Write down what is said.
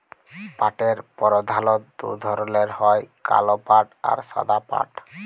পাটের পরধালত দু ধরলের হ্যয় কাল পাট আর সাদা পাট